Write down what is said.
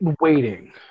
waiting